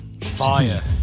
Fire